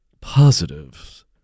positives